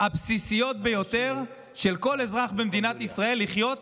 הבסיסיות ביותר של כל אזרח במדינת ישראל לחיות